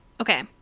Okay